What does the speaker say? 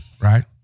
Right